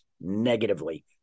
negatively